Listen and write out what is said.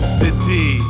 city